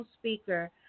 speaker